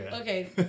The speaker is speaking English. Okay